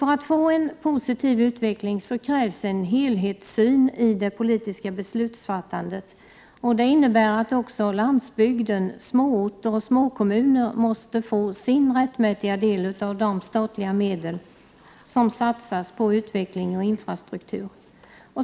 För att få en positiv utveckling krävs en helhetssyn i det politiska beslutsfattandet. Det innebär att också landsbygden, småorter och småkommuner, måste få sin rättmättiga del av de statliga medel som satsas på utveckling och infrastruktur.